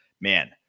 man